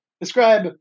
Describe